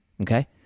Okay